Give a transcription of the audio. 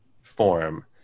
form